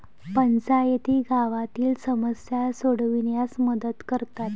पंचायती गावातील समस्या सोडविण्यास मदत करतात